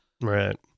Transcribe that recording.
Right